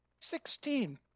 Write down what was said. Sixteen